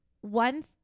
one